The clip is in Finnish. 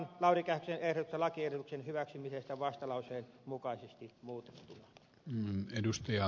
lauri kähkösen ehdotusta lakiehdotuksen hyväksymisestä vastalauseen mukaisesti muutettuna